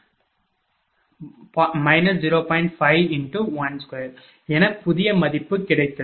0111512212என புதிய மதிப்பு கிடைத்தது